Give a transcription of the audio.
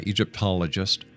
Egyptologist